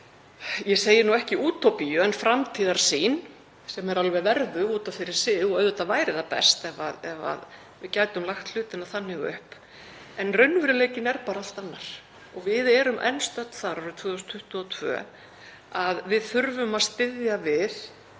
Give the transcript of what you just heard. ég segi ekki útópíu, sem er verðug út af fyrir sig og auðvitað væri best ef við gætum lagt hlutina þannig upp. En raunveruleikinn er allt annar og við erum enn stödd þar árið 2022 að við þurfum að styðja við